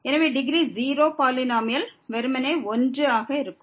எனவே degree 0 polynomial வெறுமனே 1 ஆக இருக்கும்